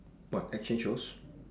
what action shows